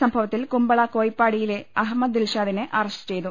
സംഭവത്തിൽ കുമ്പള കോയി പ്പാടിയിലെ അഹമ്മദ് ദിൽഷാദിനെ അറസ്റ്റ് ചെയ്തു